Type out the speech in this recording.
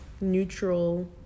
neutral